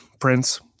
Prince